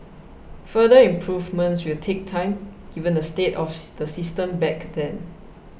further improvements will take time given the state of the system back then